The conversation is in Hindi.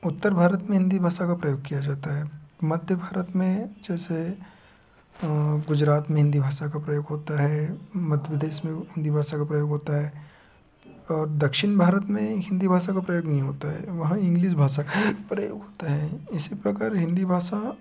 उत्तर भारत में हिंदी भाषा का प्रयोग किया जाता है मध्य भारत में जैसे गुजरात में हिंदी भाषा का प्रयोग होता है मध्य प्रदेश में हिंदी भाषा का प्रयोग होता है और दक्षिण भारत में हिंदी भाषा का प्रयोग नहीं होता है वहाँ इंग्लिश भाषा का प्रयोग होता है इसी प्रकार हिंदी भाषा